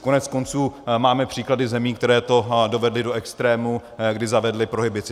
Koneckonců máme příklady zemí, které to dovedly do extrému, kdy zavedly prohibici.